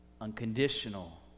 unconditional